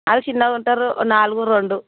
వాళ్ళు చిన్నగా ఉంటారు నాలుగు రెండు